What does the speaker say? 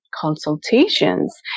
consultations